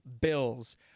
bills